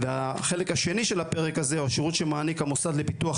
החלק השני של הפרק הזה הוא השירות שמעניק המוסד לביטוח